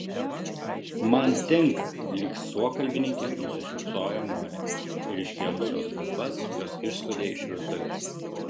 man tinka lyg suokalbininkė nusišypsojo molė ir iškėlusios galvas jos išskuodė iš virtuvės